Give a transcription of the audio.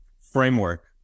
framework